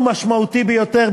ומשמעותי ביותר,